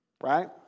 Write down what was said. right